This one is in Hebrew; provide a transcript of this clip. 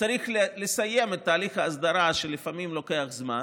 צריך לסיים את תהליך ההסדרה, שלפעמים לוקח זמן,